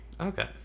Okay